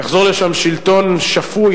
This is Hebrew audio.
יחזור לשם שלטון שפוי,